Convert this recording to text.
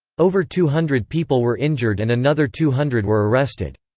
over two hundred people were injured and another two hundred were arrested.